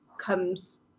comes